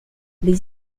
les